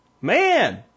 man